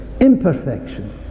imperfection